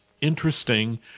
interesting